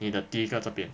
你的第一个这边